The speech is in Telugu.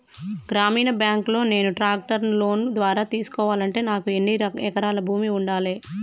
గ్రామీణ బ్యాంక్ లో నేను ట్రాక్టర్ను లోన్ ద్వారా తీసుకోవాలంటే నాకు ఎన్ని ఎకరాల భూమి ఉండాలే?